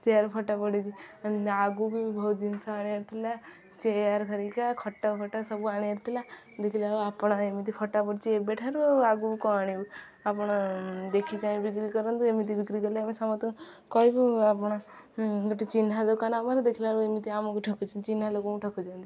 chair ଫଟା ପଡ଼ିଛି ଆଗକୁ ବି ବହୁତ ଜିନିଷ ଆଣିବାର ଥିଲା ଚେୟାର ଘରିକା ଖଟା ଫଟ ସବୁ ଆଣିିବାର ଥିଲା ଦେଖିଲାବେଳକୁ ଆପଣ ଏମିତି ଫଟା ପଡ଼ିଛି ଏବେଠାରୁ ଆଉ ଆଗକୁ କ'ଣ ଆଣିବୁ ଆପଣ ଦେଖିଚାହିଁ ବିକ୍ରି କରନ୍ତୁ ଏମିତି ବିକ୍ରି କଲେ ଆମେ ସମସ୍ତଙ୍କୁ କହିବୁ ଆପଣ ଗୋଟେ ଚିହ୍ନା ଦୋକାନ ଆମର ଦେଖିଲାବେଳକୁ ଏମିତି ଆମକୁ ଠକୁଛନ୍ତି ଚିହ୍ନା ଲୋକଙ୍କୁ ଠକୁଛନ୍ତି